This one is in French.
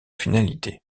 finalité